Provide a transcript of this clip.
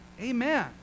Amen